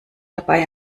dabei